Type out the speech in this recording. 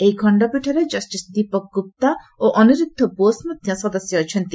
ଏହି ଖଖପୀଠରେ ଜଷ୍ଟିସ୍ ଦୀପକ୍ ଗୁପ୍ତା ଓ ଅନିରୁଦ୍ଧ ବୋଷ୍ ମଧ୍ୟ ସଦସ୍ୟ ଅଛନ୍ତି